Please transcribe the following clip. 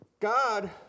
God